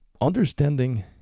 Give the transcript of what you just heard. understanding